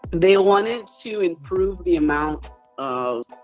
they wanted to improve the amount of